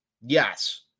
Yes